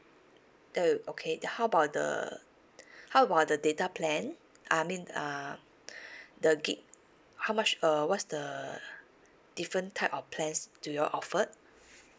oh okay how about the how about the data plan I mean uh the gig how much uh what's the different type of plans do you all offered